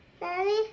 mommy